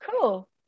cool